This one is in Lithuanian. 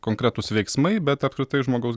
konkretūs veiksmai bet apskritai žmogaus